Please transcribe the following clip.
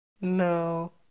No